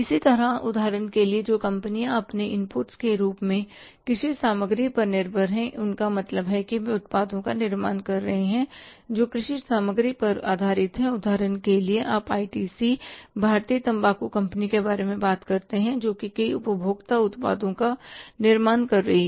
इसी तरह उदाहरण के लिए जो कंपनियां अपने इनपुट के रूप में कृषि सामग्री पर निर्भर हैं उनका मतलब है कि वे उत्पादों का निर्माण कर रहे हैं जो कृषि सामग्री पर आधारित हैं उदाहरण के लिए आप आई टी सी भारतीय तंबाकू कंपनी के बारे में बात करते हैं जो कई उपभोक्ता उत्पादों का निर्माण कर रही है